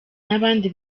n’abandi